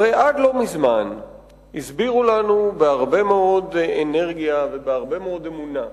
הרי עד לפני זמן קצר הסבירו לנו בהרבה אנרגיה ובהרבה מאוד אמונה שיש,